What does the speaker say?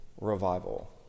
revival